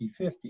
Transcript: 50-50